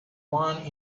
one